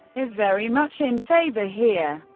is very much in favor here.